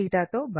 భర్తీ చేయాలి